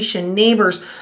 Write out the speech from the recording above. neighbors